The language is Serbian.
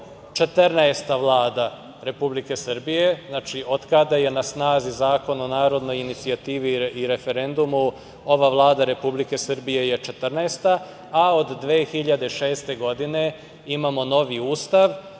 14 Vlada Republike Srbije. Znači, od kada je na snazi Zakon o narodnoj inicijativi i referendumu, ova Vlada Republike Srbije je 14, a od 2006. godine imamo novi Ustav,